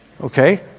Okay